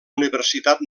universitat